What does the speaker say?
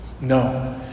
No